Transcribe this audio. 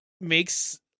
makes